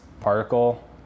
particle